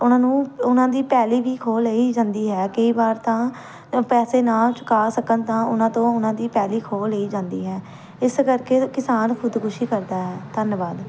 ਉਹਨਾਂ ਨੂੰ ਉਹਨਾਂ ਦੀ ਪੈਲੀ ਵੀ ਖੋਹ ਲਈ ਜਾਂਦੀ ਹੈ ਕਈ ਵਾਰ ਤਾਂ ਪੈਸੇ ਨਾ ਚੁਕਾ ਸਕਣ ਤਾਂ ਉਹਨਾਂ ਤੋਂ ਉਹਨਾਂ ਦੀ ਪੈਲੀ ਖੋਹ ਲਈ ਜਾਂਦੀ ਹੈ ਇਸ ਕਰਕੇ ਕਿਸਾਨ ਖੁਦਕੁਸ਼ੀ ਕਰਦਾ ਹੈ ਧੰਨਵਾਦ